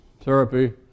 therapy